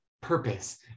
purpose